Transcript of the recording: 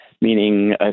meaning